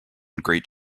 great